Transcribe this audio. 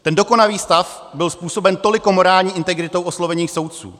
Ten dokonavý stav byl způsobem toliko morální integritou oslovených soudců.